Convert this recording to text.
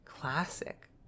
classic